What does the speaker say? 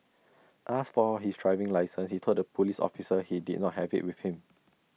asked for his driving licence he told the Police officer he did not have IT with him